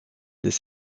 des